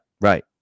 right